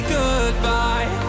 goodbye